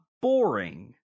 boring